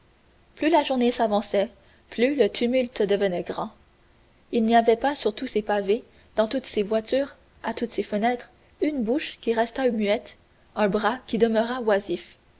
plus la journée s'avançait plus le tumulte devenait grand il n'y avait pas sur tous ces pavés dans toutes ces voitures à toutes ces fenêtres une bouche qui restât muette un bras qui demeurât oisif